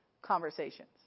conversations